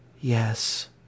Yes